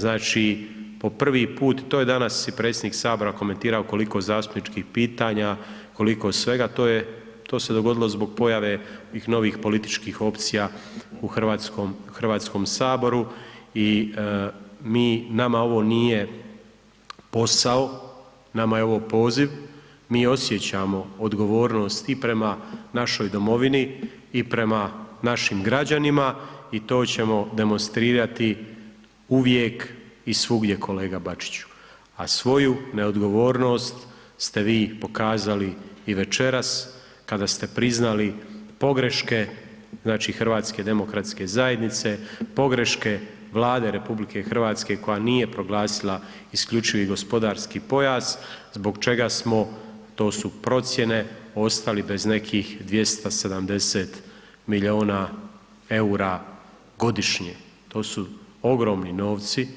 Znači, po prvi put, to je danas i predsjednik Sabora komentirao koliko zastupničkih pitanja, koliko svega, to je, to se dogodilo zbog pojave ovih novih političkih opcija u Hrvatskom saboru i mi, nama ovo nije posao, nama je ovo poziv, mi osjećamo odgovornost i prema našoj domovini, i prema našim građanima, i to ćemo demonstrirati uvijek i svugdje kolega Bačiću, a svoju neodgovornost ste vi pokazali i večeras, kada ste priznali pogreške Hrvatske demokratske zajednice, pogreške Vlade Republike Hrvatske koja nije proglasila isključivi gospodarski pojas zbog čega smo, to su procjene ostali bez nekih 270 milijuna EUR-a godišnje, to su ogromni novci,